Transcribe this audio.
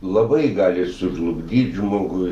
labai gali sužlugdyt žmogų